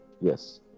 yes